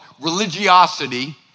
religiosity